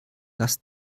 dass